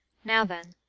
now then,